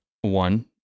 one